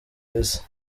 isi